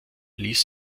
ließ